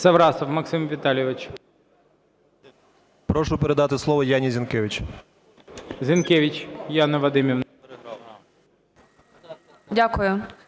Дякую.